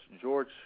George